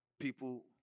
People